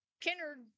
Kennard